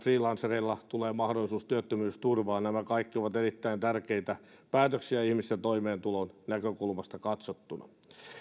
freelancereille tulee mahdollisuus työttömyysturvaan nämä kaikki ovat erittäin tärkeitä päätöksiä ihmisten toimeentulon näkökulmasta katsottuna